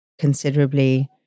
considerably